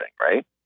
right